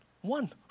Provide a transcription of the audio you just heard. one